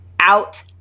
out